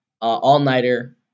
all-nighter